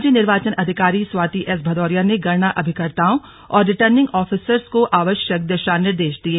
राज्य निर्वाचन अधिकारी स्वाति एस भदौरिया ने गणना अभिकर्ताओं और रिटर्निंग ऑफिसर्स को आवश्यक दिशा निर्देश दिए